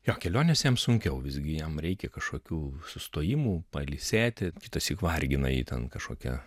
jo kelionės jam sunkiau visgi jam reikia kažkokių sustojimų pailsėti kitąsyk vargina itin kažkokia